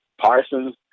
Parsons